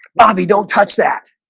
bobby don't touch that